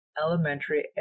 elementary